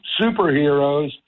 superheroes